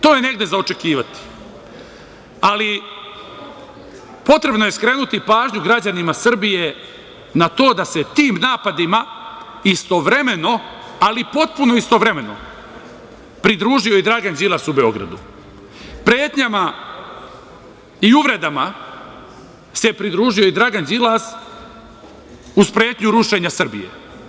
To je negde za očekivati, ali potrebno je skrenuti pažnju građanima Srbije na to da se tim napadima istovremeno, ali potpuno istovremeno pridružio i Dragan Đilas u Beogradu, pretnjama i uvredama se pridružio i Dragan Đilas uz pretnju rušenja Srbije.